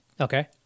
Okay